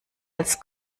als